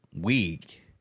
week